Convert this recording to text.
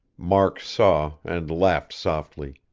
mark saw, and laughed softly.